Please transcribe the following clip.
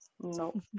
No